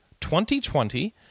2020